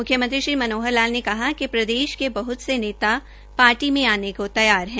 म्ख्यमंत्री श्री मनोहर लाल ने कहा कि प्रदेश के बहत से नेता पार्टी में आने को तैयार है